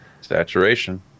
Saturation